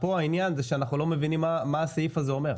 העניין פה הוא שאנחנו לא מבינים מה הסעיף הזה אומר.